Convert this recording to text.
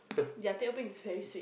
their teh O bing is very sweet